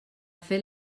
fet